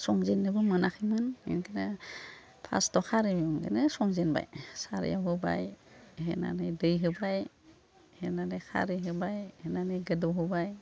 संजेन्नोबो मोनाखैमोन ओंखायनो फार्स्ताव खारै संजेनबाय सारायाव होबाय होनानै दै होबाय होनानै खारै होबाय होनानै गोदौ होबाय